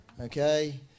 okay